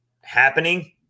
happening